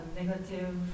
negative